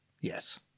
Yes